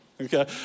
okay